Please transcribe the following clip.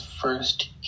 first